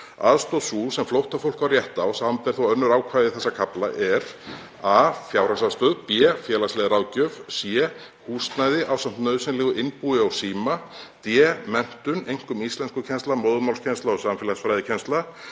Aðstoð sú sem flóttafólkið á rétt á, sbr. þó önnur ákvæði þessa kafla, er: a. Fjárhagsaðstoð. b. Félagsleg ráðgjöf. c. Húsnæði, ásamt nauðsynlegu innbúi og síma. d. Menntun, einkum íslenskukennsla, móðurmálskennsla og samfélagsfræðsla.